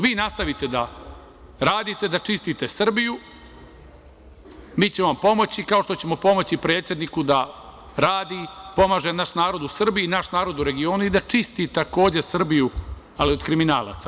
Vi nastavite da radite, da čistite Srbiju, mi ćemo vam pomoći, kao što ćemo pomoći predsedniku da radi, pomaže naš narod u Srbiji i naš narod u regionu i da čisti, takođe, Srbiju, ali od kriminalaca.